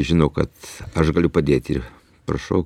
žino kad aš galiu padėti ir prašau